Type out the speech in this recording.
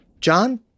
John